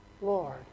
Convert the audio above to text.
Lord